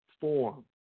form